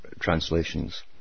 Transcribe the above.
translations